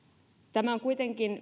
tämä on kuitenkin